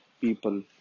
people